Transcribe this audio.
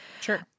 Sure